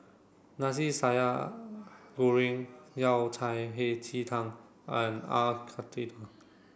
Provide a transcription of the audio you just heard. Nasi Goreng Yao Cai Hei Ji Tang and are Karthira